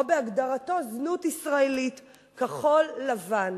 או בהגדרתו: זנות ישראלית כחול-לבן,